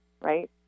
right